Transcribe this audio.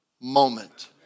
moment